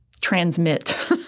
transmit